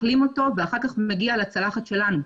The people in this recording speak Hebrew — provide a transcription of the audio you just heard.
אוכלים אותו ואחר כך הוא מגיע לצלחת שלנו,